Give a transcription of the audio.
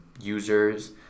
users